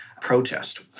protest